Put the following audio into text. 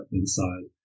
inside